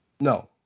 No